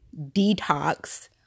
detox